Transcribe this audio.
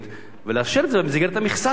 ולאשר את זה במסגרת המכסה שלנו.